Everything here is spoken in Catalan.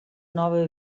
nova